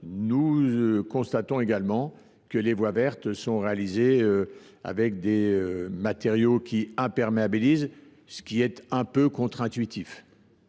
nous constatons aussi parfois que les voies vertes sont réalisées avec des matériaux imperméabilisants, ce qui est quelque peu contre intuitif.